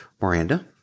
Miranda